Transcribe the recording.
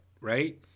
right